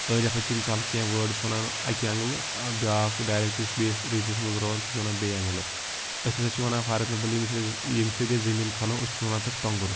أڑۍ ہَسا چھِ مثال کینٛہہ وٲڈٕس وَنان اَکہِ اٮ۪نٛگلہٕ بیٛاکھ ڈایلٮ۪کٹ یُس بیٚیِس رِجنَس منٛز روزان سُہ چھُ وَنان بیٚیہِ اٮ۪نٛگلہٕ أسۍ ہَسا چھِ وَنان فار اٮ۪کزامپٕل ییٚمہِ سۭتۍ حظ ییٚمہِ سۭتۍ أسۍ زٔمیٖن کھَنو أسۍ چھِ وَنان تَتھ ٹۄنٛگُر